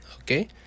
okay